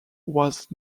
was